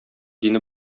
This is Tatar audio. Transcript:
дине